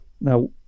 Now